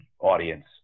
audience